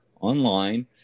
online